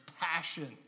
passion